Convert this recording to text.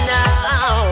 now